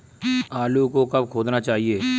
आलू को कब खोदना चाहिए?